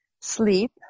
sleep